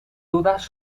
dudas